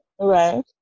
Right